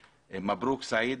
מברוק, סעיד.